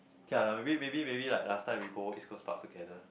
K lah like maybe maybe maybe like last time we go East Coast Park together